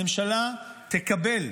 הממשלה תקבל,